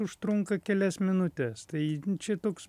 užtrunka kelias minutes tai šitoks